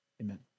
Amen